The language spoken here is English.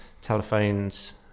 telephones